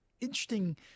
Interesting